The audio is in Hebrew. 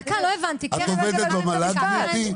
דקה, לא הבנתי -- את עובדת במל"ג גברתי?